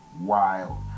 wild